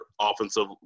offensive